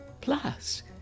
Plus